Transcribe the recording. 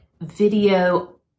video